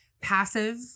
passive